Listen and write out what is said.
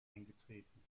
eingetreten